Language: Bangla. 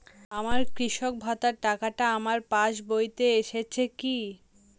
আমার কৃষক ভাতার টাকাটা আমার পাসবইতে এসেছে কি?